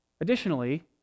Additionally